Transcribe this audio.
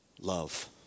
love